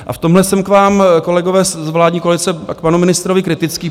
A v tomhle jsem k vám, kolegové z vládní koalice, a k panu ministrovi kritický.